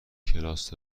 کلاس